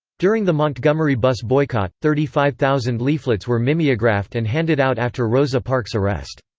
during the montgomery bus boycott, thirty five thousand leaflets were mimeographed and handed out after rosa parks' arrest.